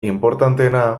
inportanteena